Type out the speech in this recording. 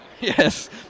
Yes